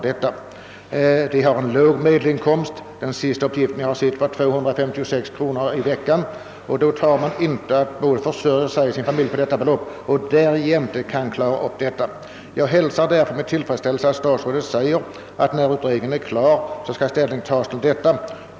Fiskarna har en låg medelinkomst — enligt den uppgift jag senast erhållit har de i genomsnitt 256 kronor i veckan — och kan inte både försörja en familj och bära dylika förluster. Jag hälsar därför med tillfredsställelse statsrådets löfte att han skall ta ställning till dessa frågor så snart utredningen är färdig.